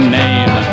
name